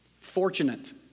Fortunate